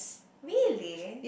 really